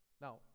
Now